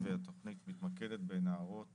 התוכנית מתמקדת בנערות